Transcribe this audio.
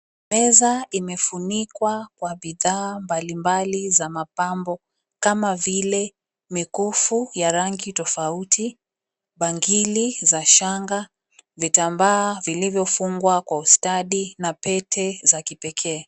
Meza imefunikwa kwa bidhaa mbalimbali za mapambo kama vile mikufu ya rangi tofauti, bangili za shanga, vitambaa vilivyofungwa kwa ustadi na pete za kipekee.